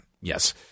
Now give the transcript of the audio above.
yes